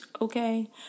okay